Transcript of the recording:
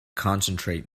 concentrate